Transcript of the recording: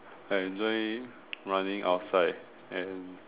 I enjoy running outside and